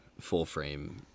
full-frame